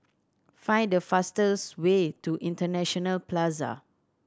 find the fastest way to International Plaza